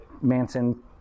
Manson